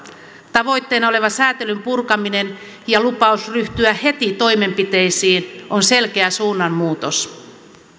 tavoitteena oleva säätelyn purkaminen ja lupaus ryhtyä heti toimenpiteisiin on selkeä suunnanmuutos